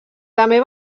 també